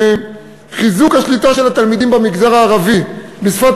חיזוק השליטה של התלמידים במגזר הערבי בשפת